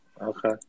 Okay